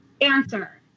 answer